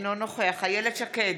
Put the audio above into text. אינו נוכח איילת שקד,